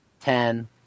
ten